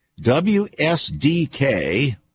WSDK